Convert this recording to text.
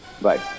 Bye